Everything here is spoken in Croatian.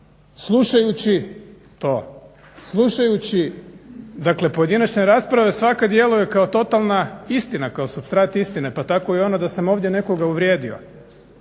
slušajući dakle pojedinačna rasprava svaka djeluje kao totalan istina kao supstrat istine pa tako i ona da sam ovdje nekoga uvrijedio.